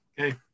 okay